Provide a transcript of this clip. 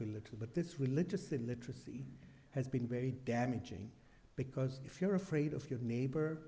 little but this religious illiteracy has been very damaging because if you're afraid of your neighbor